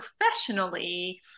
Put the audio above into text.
professionally